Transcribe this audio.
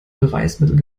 beweismittel